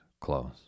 close